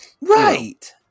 right